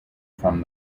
from